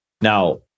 Now